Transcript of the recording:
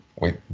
Wait